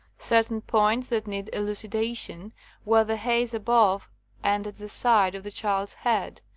certain points that needed elucidation were the haze above and at the side of the child's head,